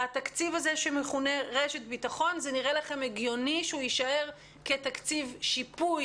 זה הגיוני שהתקציב שמכונה "רשת ביטחון" יישאר כתקציב שיפוי